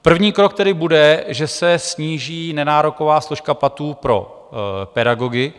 První krok tedy bude, že se sníží nenároková složka platů pro pedagogy.